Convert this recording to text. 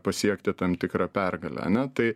pasiekti tam tikrą pergalę ane tai